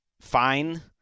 fine